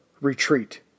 retreat